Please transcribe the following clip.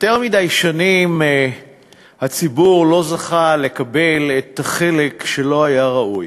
יותר מדי שנים הציבור לא זכה לקבל את החלק שהיה ראוי